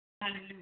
hallelujah